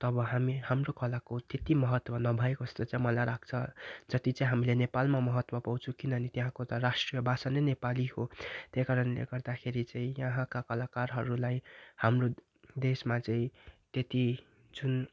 तब हामी हाम्रो कलाको त्यति महत्त्व नभएको जस्तो चाहिँ मलाई लाग्छ जति चाहिँ हामीले नेपालमा महत्त्व पाउँछु किनभने त्यहाँको त राष्ट भाषा नै नेपाली हो त्यही कारणले गर्दाखेरि चाहिँ यहाँका कलाकारहरूलाई हाम्रो देशमा चाहिँ त्यति जुन